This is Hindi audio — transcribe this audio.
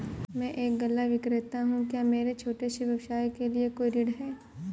मैं एक गल्ला विक्रेता हूँ क्या मेरे छोटे से व्यवसाय के लिए कोई ऋण है?